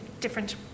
different